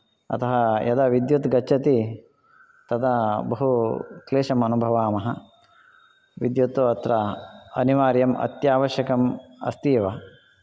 अतः यदा विद्युत् गच्छति तदा बहु क्लेशं अनुभवामः विद्युत् अत्र अनिवार्यम् अत्यावश्यकम् अस्ति एव